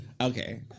Okay